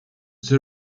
the